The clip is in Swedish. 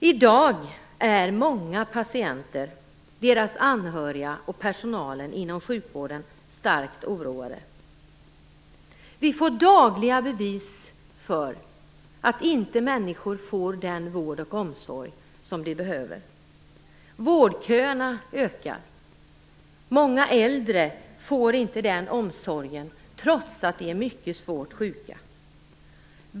I dag är många patienter, deras anhöriga och personalen inom sjukvården starkt oroade. Vi får dagligen bevis för att människor inte får den vård och omsorg som de behöver. Vårdköerna växer. Många äldre får inte omsorg trots att de är mycket sjuka.